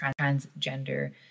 transgender